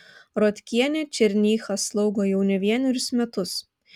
rotkienė černychą slaugo jau ne vienerius metus